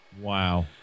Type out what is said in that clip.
Wow